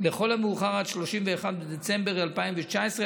לכל המאוחר עד ל-31 בדצמבר 2019,